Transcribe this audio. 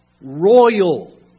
Royal